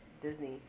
Disney